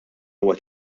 huwa